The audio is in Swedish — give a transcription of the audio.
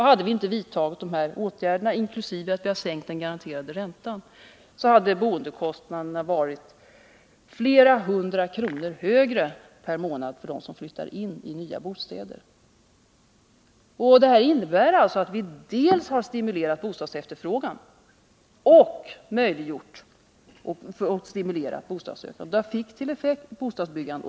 Hade vi inte vidtagit dessa åtgärder och dessutom sänkt den garanterade räntan, hade bostadskostnaderna varit flera hundra kronor högre per månad för dem som flyttar in i nya bostäder. Det hela innebär alltså att vi dels har stimulerat bostadsefterfrågan, dels har möjliggjort och stimulerat bostadsbyggandet.